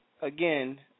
Again